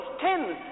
ten